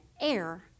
air